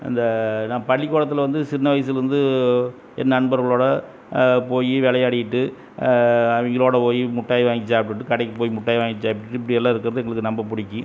அந்த நான் பள்ளிக்கூடத்தில் வந்து சின்ன வயசுலேருந்து என் நண்பர்களோடு போய் விளையாடிகிட்டு அவங்களோட போய் மிட்டாய் வாங்கி சாப்பிட்டுட்டு கடைக்கு போய் மிட்டாய் வாங்கி சாப்பிட்டுட்டு இப்படியெல்லாம் இருக்கிறது எங்களுக்கு ரொம்ப பிடிக்கிம்